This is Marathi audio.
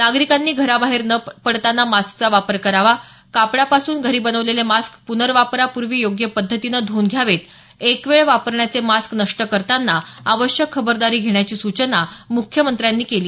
नागरिकांनी घराबाहेर पडताना मास्कचा वापर करावा कापडापासून घरी बनवलेले मास्क पुनर्वापरापूर्वी योग्य पद्धतीनं धुवून घ्यावेत एकवेळ वापरण्याचे मास्क नष्ट करताना आवश्यक खबरदारी घेण्याची सूचना मुख्यमंत्र्यांनी केली